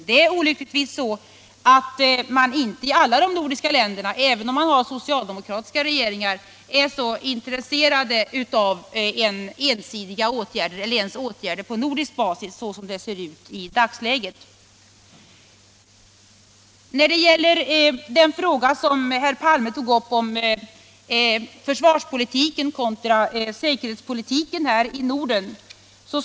Det är olyckligtvis så att man inte i dagsläget i alla de nordiska länderna —- även om man har en socialdemokratisk regering — är så intresserad av ensidiga åtgärder eller ens åtgärder på nordisk basis. Herr Palme tog upp frågan om försvarspolitiken kontra säkerhetspolitiken här i Norden.